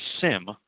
SIM